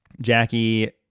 jackie